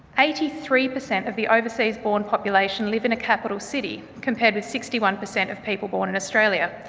eighty three per cent of the overseas born population live in a capital city, compared with sixty one per cent of people born in australia,